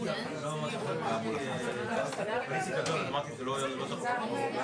הולכים לבנות פה עוד